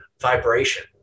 vibration